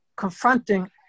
Confronting